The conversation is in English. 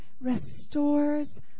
restores